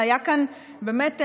באמת,